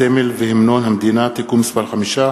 הסמל והמנון המדינה (תיקון מס' 5,